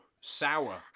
sour